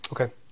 Okay